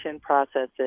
processes